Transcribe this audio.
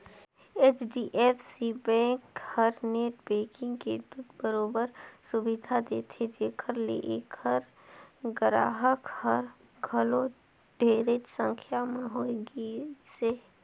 HDFC bank हर net banking के बरोबर सुबिधा देथे जेखर ले ऐखर गराहक हर घलो ढेरेच संख्या में होए गइसे